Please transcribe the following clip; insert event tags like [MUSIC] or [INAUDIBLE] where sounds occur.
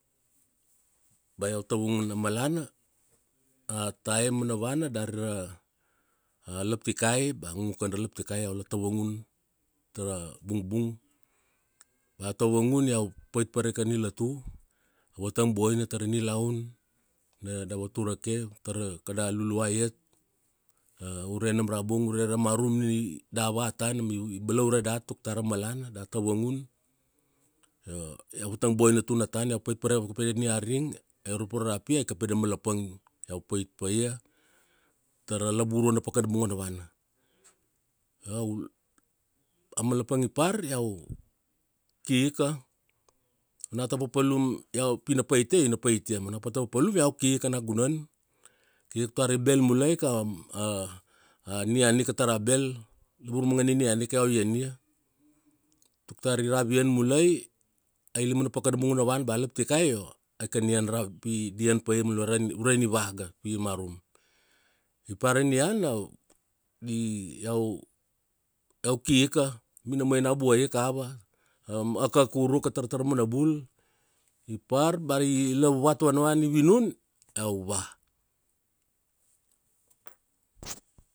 Bea iau tavangun amalana, a time vanavana dara alaptikai ba ngungu kan ra laptikai iau ala tavangun tara bungbung. Bea iau tavangun, iau pait paraika nilotu, iau vatang boina tara nilaun na davatur vake tara kada Luluai iat [HESITATION] ure nam rabung, ure ramarum nina dava tana ma ibalaure dat tuktar amalana datavangun. Io iau vatang boina tuna tana, iau pait pakara rapede niaring, iau irop urarapi aika pede malapang iau pait paia, tara lavurua na pakanabung vanavana. [HESITATION] Amalapang ipar, iau kika, ona tapapalum iau pina paitia io ina paitia, ma ona pata papalum iau kika nagunan, kika tuktar ibel mulai ika [HESITATION] aniana ika tara bel, lavur mangana nian ika iau iania. Tuktar iravian mulai, ailima na pakanabung vanavana bea alaptikai, io aika nian [HESITATION] pidi ian paia mulai ure ranivaga pimarum. Ipar ranian [HESITATION] iau kika, minamai na buaika ava, [HESITATION] akakuruka tar tara manabul, ipar bea ari lavuvat vanavana ivinun iau va.